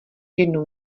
jednu